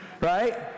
right